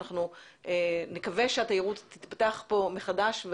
ואנחנו נקווה שהתיירות תיפתח פה מחדש,